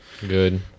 Good